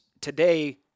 today